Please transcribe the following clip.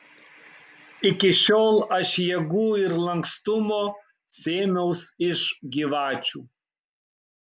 iki šiol aš jėgų ir lankstumo sėmiaus iš gyvačių